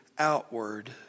Outward